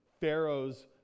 pharaoh's